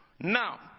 Now